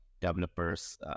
developers